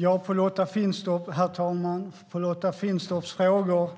Herr talman! Som svar på Lotta Finstorps frågor